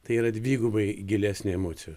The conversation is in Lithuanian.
tai yra dvigubai gilesnė emocija